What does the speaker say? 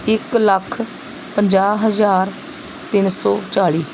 ਇਕ ਲੱਖ ਪੰਜਾਹ ਹਜ਼ਾਰ ਤਿੰਨ ਸੌ ਚਾਲੀ